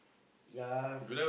yea